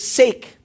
sake